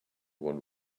one